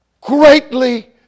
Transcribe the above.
greatly